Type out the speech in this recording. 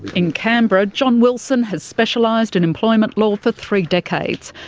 in canberra, john wilson has specialised in employment law for three decades.